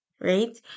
right